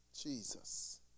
Jesus